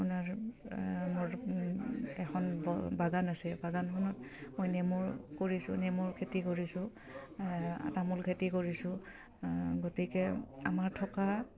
আপোনাৰ মোৰ এখন বাগান আছে বাগানখনত মই নেমুৰ কৰিছোঁ নেমুৰ খেতি কৰিছোঁ তামোল খেতি কৰিছোঁ গতিকে আমাৰ থকা